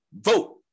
vote